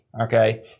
Okay